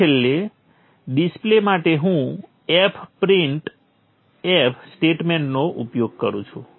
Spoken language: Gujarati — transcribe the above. પછી છેલ્લે ડિસ્પ્લે માટે હું fprintf સ્ટેટમેન્ટનો ઉપયોગ કરું છું